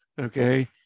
okay